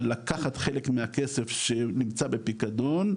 לקחת חלק מהכסף שנמצא בפיקדון,